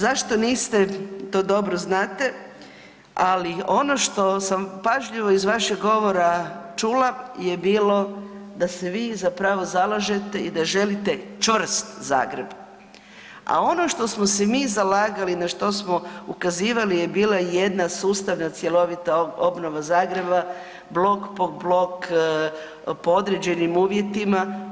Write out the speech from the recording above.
Zašto niste, to dobro znate, ali ono što sam pažljivo iz vašeg govora čula je bilo da se vi zapravo zalažete i da želite čvrst Zagreb, a ono što smo se mi zalagali, na što smo ukazivali je bila jedna sustavna, cjelovita obnova Zagreba, blok po blok po određenim uvjetima.